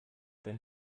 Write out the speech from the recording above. dein